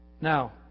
Now